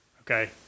Okay